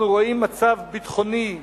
אנחנו רואים מצב ביטחוני סביר,